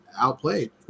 outplayed